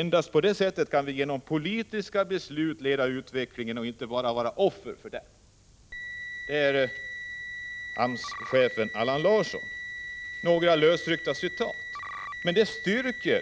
Endast på det sättet kan vi genom politiska beslut leda utvecklingen och inte bara vara offer för den.” Detta är alltså några lösryckta citat av vad AMS-chefen Allan Larsson har sagt, och de styrker